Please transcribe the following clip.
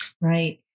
Right